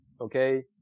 Okay